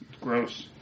Gross